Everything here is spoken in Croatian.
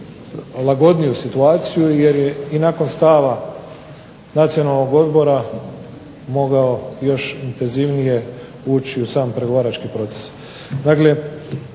lagodniju situaciju jer je i nakon stava Nacionalnog odbora mogao još intenzivnije ući u sam pregovarački proces.